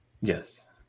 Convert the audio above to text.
Yes